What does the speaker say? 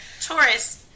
Taurus